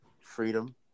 freedom